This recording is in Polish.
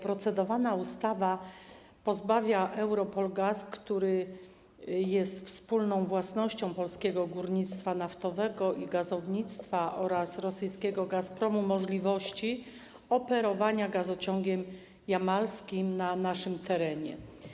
Procedowana ustawa pozbawia EuRoPol GAZ, który jest wspólną własnością Polskiego Górnictwa Naftowego i Gazownictwa oraz rosyjskiego Gazpromu, możliwości operowania gazociągiem jamalskim na naszym terenie.